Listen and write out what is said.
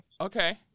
Okay